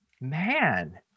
man